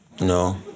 No